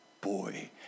boy